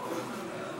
קודם כול,